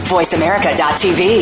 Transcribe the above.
VoiceAmerica.tv